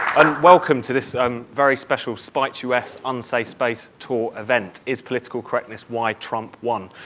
and welcome to this um very special spiked u s. unsafe space tour event, is political correctness why trump won?